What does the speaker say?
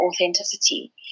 authenticity